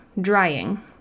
drying